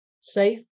safe